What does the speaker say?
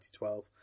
2012